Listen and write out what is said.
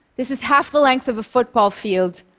this is half the length of a football field,